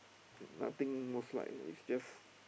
nothing most like it's just